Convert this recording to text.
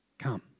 come